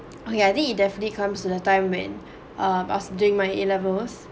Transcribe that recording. okay I think it definitely comes at a time when um I was doing my A levels